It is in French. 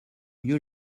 mieux